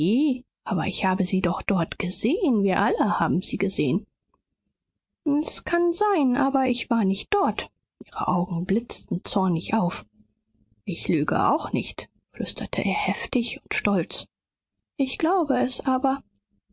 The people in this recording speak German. aber ich habe sie dort doch gesehen wir alle haben sie gesehen es kann sein aber ich war nicht dort ihre augen blitzten zornig auf ich lüge auch nicht flüsterte er heftig und stolz ich glaube es aber